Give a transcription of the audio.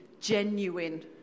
genuine